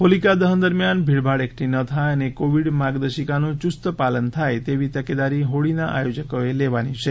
હોલિકા દહન દરમ્યાન ભીડભાડ એકઠી ન થાય અને કોવિડ માર્ગદર્શિકાનું યુસ્ત પાલન થા તેવી તકેદારી હોળીના આયોજકોએ લેવાની છે